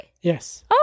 Yes